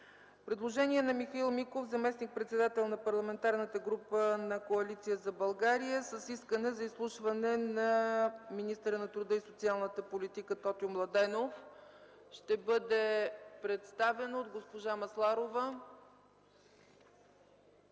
Предложение на Михаил Миков, заместник-председател на Парламентарната група на Коалиция за България, с искане за изслушване на министъра на труда и социалната политика Тотю Младенов. Предложението ще бъде представено от госпожа Масларова.